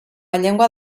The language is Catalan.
llengua